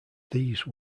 these